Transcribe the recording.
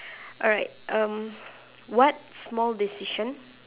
alright um what small decision